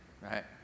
right